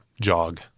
jog